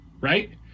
Right